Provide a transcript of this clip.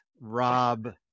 Rob